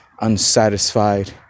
unsatisfied